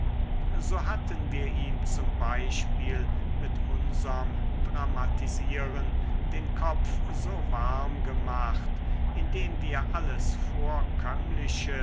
so hatten wir ihm z b mit unserm dramatisieren den kopf so warm gemacht indem wir alles